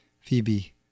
Phoebe